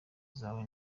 zawe